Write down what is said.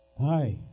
Hi